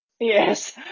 Yes